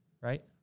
right